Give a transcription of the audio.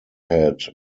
had